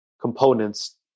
components